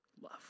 love